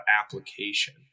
application